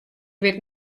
wit